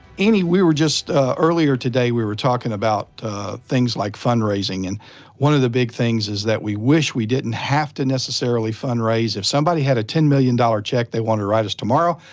anny, we were just earlier today, we were talking about things like fundraising and one of the big things is that we wish we didn't have to necessarily fundraise. if somebody had a ten million dollars check they to write us tomorrow,